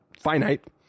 finite